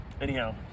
Anyhow